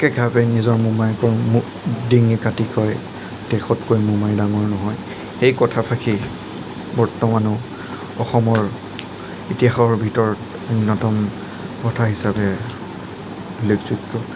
একে ঘাপে নিজৰ মোমায়েকৰ মূৰ ডিঙি কাটি কয় দেশতকৈ মোমাই ডাঙৰ নহয় সেই কথাফাকি বৰ্তমানো অসমৰ ইতিহাসৰ ভিতৰত অন্যতম কথা হিচাপে উল্লেখযোগ্য